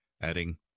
adding